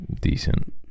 Decent